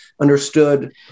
understood